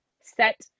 set